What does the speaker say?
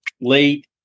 Late